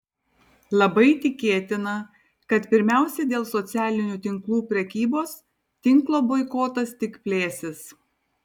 labai tikėtina kad pirmiausia dėl socialinių tinklų prekybos tinklo boikotas tik plėsis